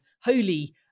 holy